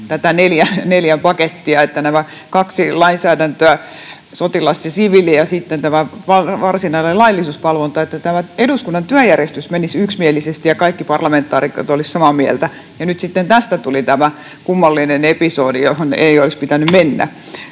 tätä neljän pakettia — nämä kaksi lainsäädäntöä, sotilas- ja siviili-, ja sitten tämä varsinainen laillisuusvalvonta — että eduskunnan työjärjestys menisi yksimielisesti ja kaikki parlamentaarikot olisivat samaa mieltä, ja nyt sitten tästä tuli tämä kummallinen episodi, johon ei olisi pitänyt mennä.